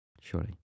Surely